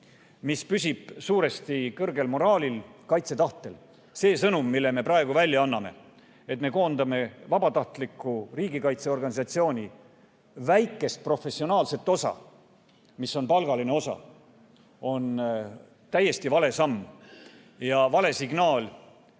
mis püsib suuresti kõrgel moraalil ja kaitsetahtel. See sõnum, mille me praegu välja anname, et me koondame vabatahtliku riigikaitseorganisatsiooni väikest professionaalset osa, mis on palgaline osa, on täiesti vale samm ja vale signaal